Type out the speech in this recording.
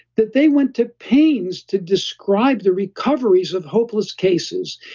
that they went to pains to describe the recoveries of hopeless cases,